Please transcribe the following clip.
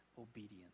obedience